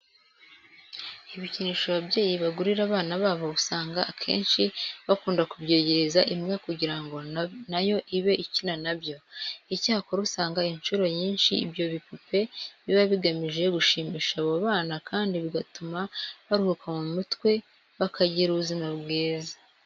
Ibikinisho ababyeyi bagurira abana babo usanga akenshi bakunda kubyegereza imbwa kugira ngo na yo ibe ikina na byo. Icyakora usanga incuro nyinshi ibyo bipupe biba bigamije gushimisha abo bana kandi bigatuma baruhuka mu mutwe bakagira ubuzima bwiza.